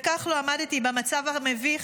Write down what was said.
וכך לא עמדתי במצב המביך